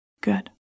Good